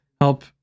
Help